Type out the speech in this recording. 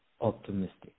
optimistic